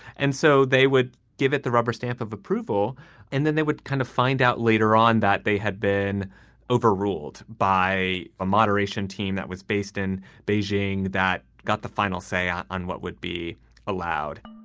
and so they would give it the rubber stamp of approval and then they would kind of find out later on that they had been overruled by a moderation team that was based in beijing that got the final say on on what would be allowed.